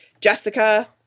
Jessica